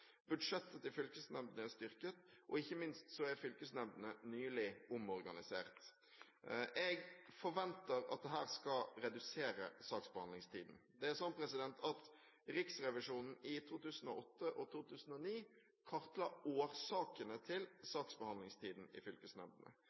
budsjettet til fylkesnemndene er styrket og ikke minst er fylkesnemndene nylig omorganisert. Jeg forventer at dette skal redusere saksbehandlingstiden. Riksrevisjonen kartla i 2008 og i 2009 årsakene til saksbehandlingstiden i fylkesnemndene.